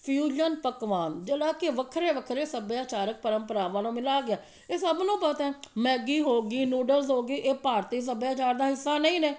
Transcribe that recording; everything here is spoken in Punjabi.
ਫਿਊਜ਼ਨ ਪਕਵਾਨ ਜਿਹੜਾ ਕਿ ਵੱਖਰੇ ਵੱਖਰੇ ਸੱਭਿਆਚਾਰਕ ਪਰੰਪਰਾਵਾਂ ਨੂੰ ਮਿਲਾ ਗਿਆ ਇਹ ਸਭ ਨੂੰ ਪਤਾ ਮੈਗੀ ਹੋ ਗਈ ਨੂਡਲਸ ਹੋ ਗਏ ਇਹ ਭਾਰਤੀ ਸੱਭਿਆਚਾਰ ਦਾ ਹਿੱਸਾ ਨਹੀਂ ਨੇ